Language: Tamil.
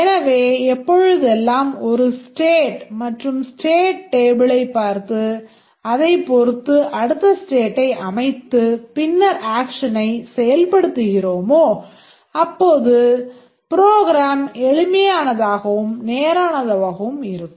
எனவே எப்பொழுதெல்லாம் ஒரு ஸ்டேட் மற்றும் ஸ்டேட் டேபிளளைப் பார்த்து அதைப் பொறுத்து அடுத்த ஸ்டேட்டை அமைத்து பின்னர் ஆக்ஷனைச் செயல்படுத்துகிறோமோ அப்போது ப்ரோக்ராம் எளிமையானதாகவும் நேரானதாகவும் இருக்கும்